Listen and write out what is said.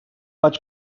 vaig